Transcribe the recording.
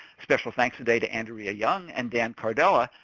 special thanks today to andrea young and dan cardella.